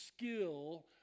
skill